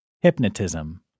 Hypnotism